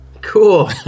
Cool